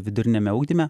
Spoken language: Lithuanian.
viduriniame ugdyme